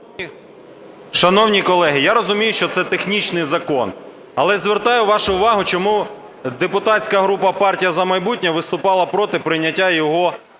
Шановні колеги, я розумію, що це технічний закон. Але звертаю вашу увагу, чому депутатська група "Партія "За майбутнє" виступала проти прийняття його за